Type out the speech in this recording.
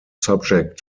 subject